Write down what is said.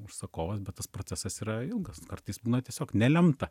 užsakovas bet tas procesas yra ilgas kartais būna tiesiog nelemta